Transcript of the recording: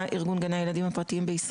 דיברתי.